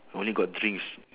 only got drinks